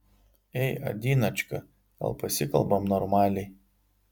ei adinočka gal pasikalbam normaliai